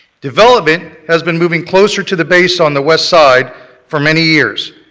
development has been moving closer to the base on the west side for many years.